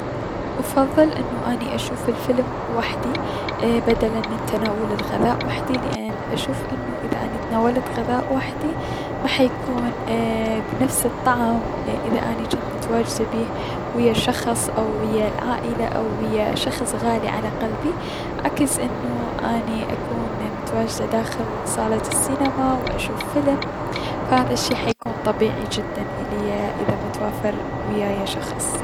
افضل اانو اني اشوف الفيلم وحدي بدلا اي- من تناول الغذاء وحدي لأن اشوف انو اذا تناولت الغذاء وحدي محيكون اي- بنقس الطعم من انو اذا اني جنت متواجدة بيه ويا شخص او ويا العائلة او ويا شخص غالي على قلبي عكس من انو اني اكون متواجدة داخل صالة السينما و اشوف فيلم, فهذا الشي حيكون طبيعي جدا اليا اذا متوافر وياية شخص.